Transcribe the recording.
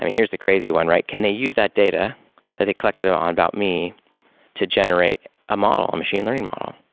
here's the crazy one, right? can they use that data that it collected ah ah about me to generate a model, a machine learning model?